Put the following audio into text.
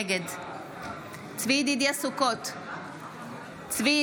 נגד צבי ידידיה סוכות,